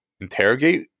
interrogate